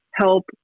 help